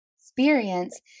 experience